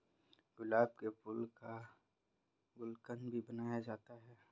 गुलाब के फूल का गुलकंद भी बनाया जाता है